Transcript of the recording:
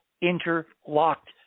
interlocked